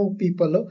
people